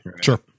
sure